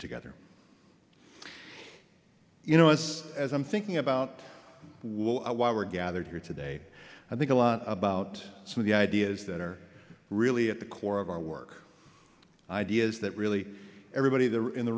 together you know as as i'm thinking about will i while we're gathered here today i think a lot about some of the ideas that are really at the core of our work ideas that really everybody there in the